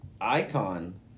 icon